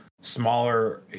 smaller